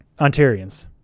ontarians